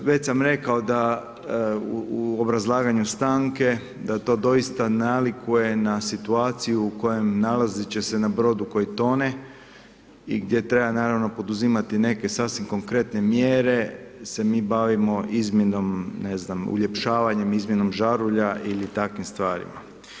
Već sam rekao u obrazlaganju stanke da to doista nalikuje na situaciju u kojem nalaziti će se na brodu koji tone i gdje treba naravno poduzimati neke sasvim konkretne mjere se mi bavimo izmjenom, ne znam, uljepšavanjem, izmjenom žarulja ili takvim stvarima.